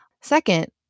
Second